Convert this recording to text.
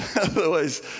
Otherwise